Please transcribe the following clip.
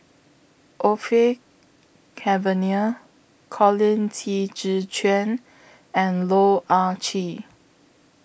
Orfeur Cavenagh Colin Qi Zhe Quan and Loh Ah Chee